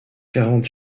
quarante